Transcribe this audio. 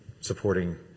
supporting